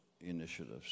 initiatives